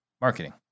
marketing